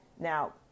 Now